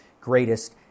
greatest